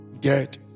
get